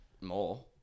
More